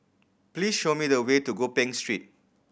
please show me the way to Gopeng Street